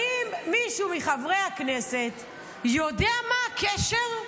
האם מישהו מחברי הכנסת יודע מה הקשר?